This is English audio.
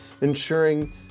ensuring